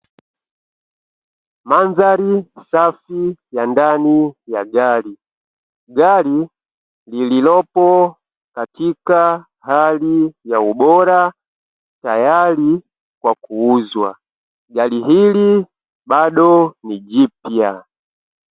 Mandhari safi ya ndani ya gari. Gari lililopo katika hali ya ubora tayari kwa kuuzwa. Gari hili bado ni jipya.